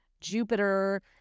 Jupiter